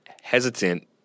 hesitant